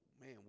Man